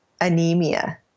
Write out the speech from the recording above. anemia